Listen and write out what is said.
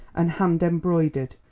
and hand-embroidered.